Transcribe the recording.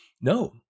No